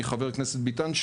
מחבר הכנסת ביטון,